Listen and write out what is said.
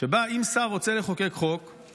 שבה אם שר רוצה לחוקק חוק,